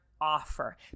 offer